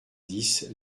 dix